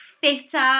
fitter